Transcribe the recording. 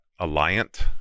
alliant